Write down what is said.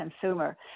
consumer